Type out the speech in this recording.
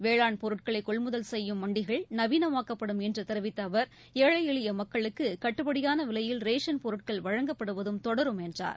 வேளாண் பொருட்களை கொள்முதல் செய்யும் மண்டிகள் நவீனமாக்கப்படும் என்று தெரிவித்த அவர் ஏழை எளிய மக்களுக்கு கட்டுப்படியான விலையில் ரேஷன் பொருட்கள் வழங்கப்படுவதும் தொடரும் என்றார்